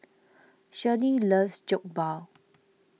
Shirlie loves Jokbal